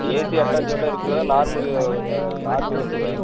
AC attached ஆட்டம் இருக்குது sir நார்மலாக நார்மலும் இருக்குது சார்